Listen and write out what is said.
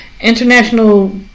International